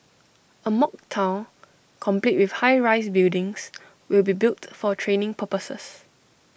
A mock Town complete with high rise buildings will be built for training purposes